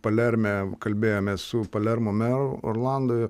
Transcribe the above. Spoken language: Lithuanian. palerme kalbėjomės su palermo meru orlandu